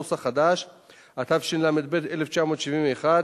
התשל"ב 1971,